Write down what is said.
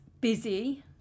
busy